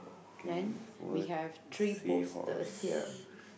okay forward see horse